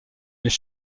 mais